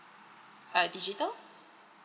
uh digital